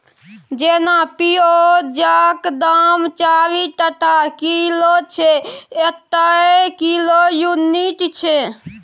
जेना पिओजक दाम चारि टका किलो छै एतय किलो युनिट छै